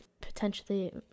potentially